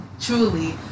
truly